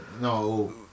No